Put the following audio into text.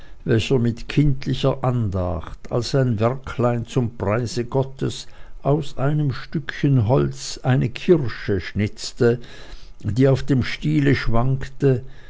welcher mit kindlicher andacht als ein werklein zum preise gottes aus einem stückchen holz eine kirsche schnitzte die auf dem stiele schwankte